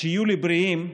שיהיו לי בריאים,